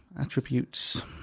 attributes